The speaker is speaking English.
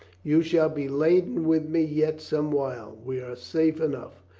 you shall be laden with me yet some while. we are safe enough.